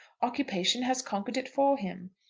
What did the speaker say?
occupation has conquered it for him.